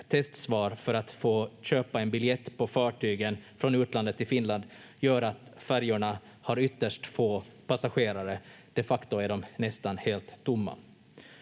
testsvar för att få köpa en biljett på fartygen från utlandet till Finland gör att färjorna har ytterst få passagerare. De facto är de nästan helt tomma.